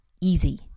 easy